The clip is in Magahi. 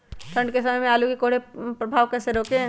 ठंढ के समय आलू के खेत पर कोहरे के प्रभाव को कैसे रोके?